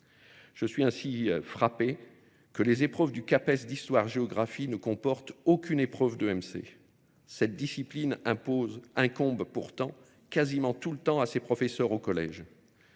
Je suis ainsi frappé que les épreuves du Capest d'histoire-géographie ne comportent aucune épreuve de EMC. Cette discipline impose, incombe pourtant, quasiment tout le temps à ses professeurs au collège.